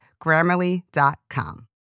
Grammarly.com